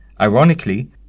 Ironically